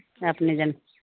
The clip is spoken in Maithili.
अपने जन